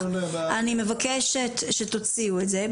אני מבקשת שתוציאו את זה,